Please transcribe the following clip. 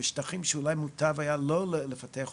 ושטחים שאולי מוטב היה לא לפתח אותם,